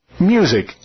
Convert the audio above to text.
Music